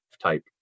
type